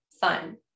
fun